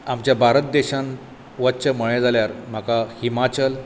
आमच्या भारत देशांत वचचें म्हळें जाल्यार म्हाका हिमाचल